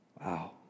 Wow